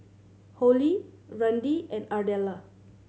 Hollie Randi and Ardella